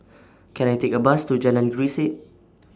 Can I Take A Bus to Jalan Grisek